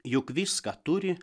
juk viską turi